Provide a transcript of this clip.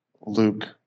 Luke